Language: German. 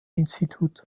institut